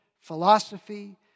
philosophy